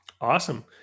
Awesome